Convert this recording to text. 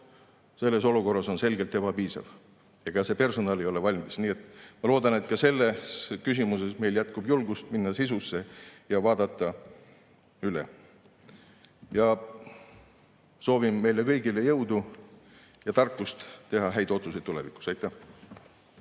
selles olukorras on selgelt ebapiisav ja ka personal ei ole valmis. Nii et ma loodan, et ka selles küsimuses meil jätkub julgust minna sisusse ja vaadata see üle. Soovin meile kõigile jõudu ja tarkust teha häid otsuseid tulevikus! Aitäh!